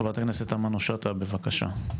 חברת הכנסת תמנו-שטה, בבקשה.